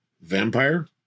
Vampire